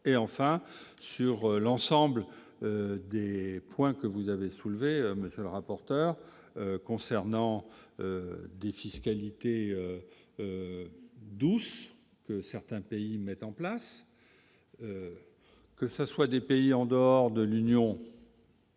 et enfin sur l'ensemble des points que vous avez soulevé monsieur le rapporteur concernant. Des fiscalité douce que certains pays mettent en place, que ce soit des pays en dehors de l'Union. C'est